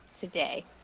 today